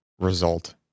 result